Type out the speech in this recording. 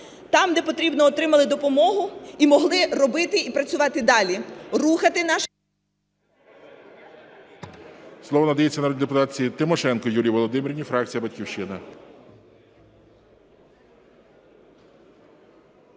там, де потрібно, отримали допомогу і могли робити і працювати далі,